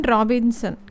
Robinson